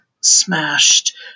smashed